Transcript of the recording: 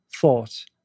thought